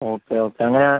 okay okay അങ്ങനെ